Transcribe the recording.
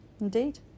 Indeed